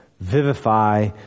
vivify